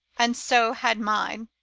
and so had mine.